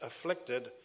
afflicted